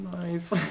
nice